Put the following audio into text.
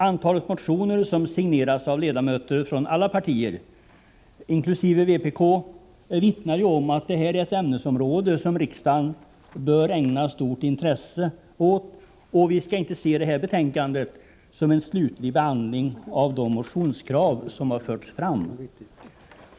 Antalet motioner som signerats av ledamöter från alla partier, inkl. vpk, vittnar om att detta är ett ämnesområde som riksdagen bör ägna stort intresse åt. Vi skall inte se detta betänkande som uttryck för en slutlig behandling av de motionskrav som har förts fram.